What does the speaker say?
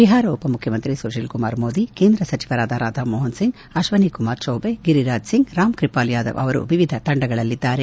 ಬಿಹಾರ ಉಪಮುಖ್ಯಮಂತ್ರಿ ಸುಶೀಲ್ಕುಮಾರ್ ಮೋದಿ ಕೇಂದ್ರ ಸಚಿವರಾದ ರಾಧಾ ಮೋಹನ್ಸಿಂಗ್ ಅಶ್ವನಿಕುಮಾರ್ ಚೌಬೆ ಗಿರಿರಾಜ್ ಸಿಂಗ್ ರಾಮ್ ಕ್ರಿಪಾಲ್ ಯಾದವ್ ಅವರು ವಿವಿಧ ತಂಡಗಳಲ್ಲಿದ್ದಾರೆ